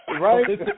Right